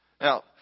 Now